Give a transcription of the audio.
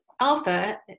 alpha